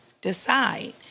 decide